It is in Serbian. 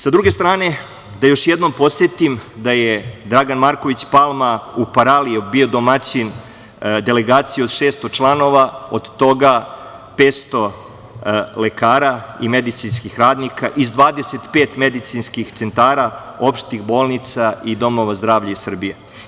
Sa druge strane, da još jednom podsetim da je Dragan Marković Palma u Paraliji bio domaćin delegaciji od 600 članova, od toga 500 lekara i medicinskih radnika iz 25 medicinskih centara opštih bolnica i domova zdravlja iz Srbije.